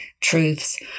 truths